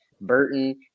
Burton